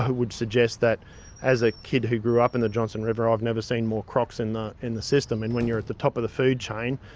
would suggest that as a kid who grew up in the johnstone river, i've never seen more crocs in the in the system. and when you're at the top of the food chain,